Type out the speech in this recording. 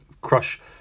crush